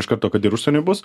iš karto kad ir užsieny bus